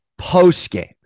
postgame